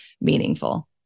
meaningful